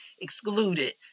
excluded